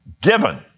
Given